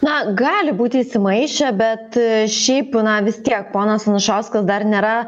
na gali būti įsimaišę bet šiaip na vis tiek ponas anušauskas dar nėra